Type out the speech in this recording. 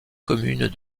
communes